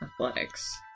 Athletics